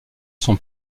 son